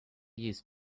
used